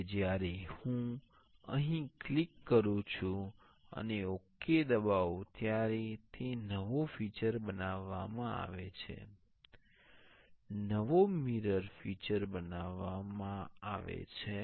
હવે જ્યારે હું અહીં ક્લિક કરું છું અને ઓકે દબાવો ત્યારે તે નવો ફિચર બનાવવામાં આવે છે નવો મિરર ફિચર બનાવવામાં આવે છે